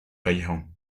callejón